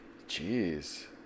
Jeez